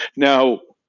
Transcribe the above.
now,